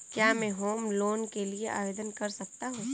क्या मैं home loan के लिए आवेदन कर सकता हूं?